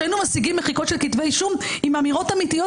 שבהם היינו משיגים מחיקות של כתבי אישום עם אמירות אמיתיות,